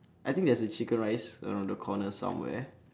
I think there's a chicken rice around the corner somewhere